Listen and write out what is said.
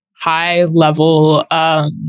high-level